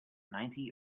ninety